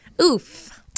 Oof